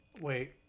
Wait